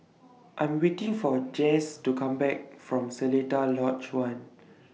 I'm waiting For Jase to Come Back from Seletar Lodge one